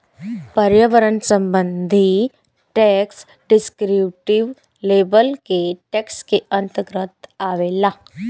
पर्यावरण संबंधी tax descriptive level के टैक्स के अंतर्गत आवेला